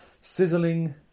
Sizzling